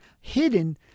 hidden